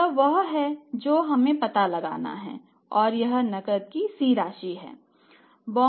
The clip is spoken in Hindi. और यह वह है जो हमें पता लगाना है और यह नकद की C राशि है